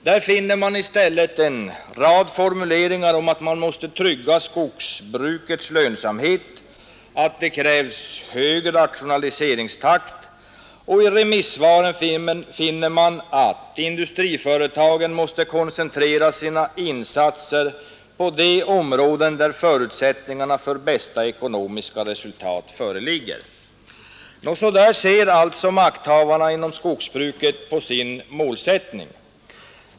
Där finner man i stället en rad formuleringar om att man måste ”trygga skogsbrukets lönsamhet” och att det krävs ”hög rationaliseringstakt”. Och i remissvaren finner man att ”industriföretagen måste koncentrera sina insatser på de områden där förutsättningar för bästa ekonomiska resultat föreligger”. Så ser alltså makthavarna inom skogsbruket på sin målsättning.